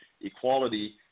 equality